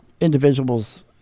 individuals